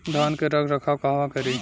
धान के रख रखाव कहवा करी?